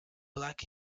black